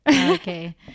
Okay